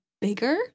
bigger